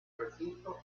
recinto